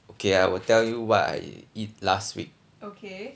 okay I will tell you what I eat last week